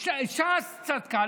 ש"ס צדקה.